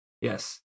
Yes